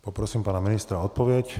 Poprosím pana ministra o odpověď.